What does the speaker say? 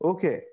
Okay